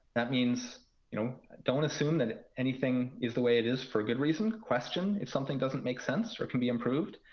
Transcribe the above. that means you know don't assume that anything is the way it is for a good reason. question if something doesn't make sense or can be improved.